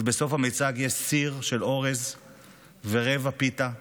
ובסוף המיצג יש סיר של אורז ורבע פיתה.